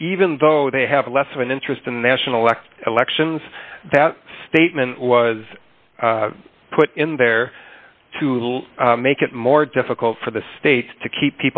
even though they have less of an interest in national act elections that statement was put in there to make it more difficult for the states to keep